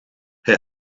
hij